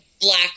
black